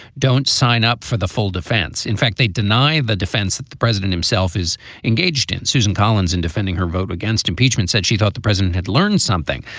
don't sign up for the full defense. in fact, they deny the defense that the president himself is engaged in. susan collins, in defending her vote against impeachment, said she thought the president had learned something.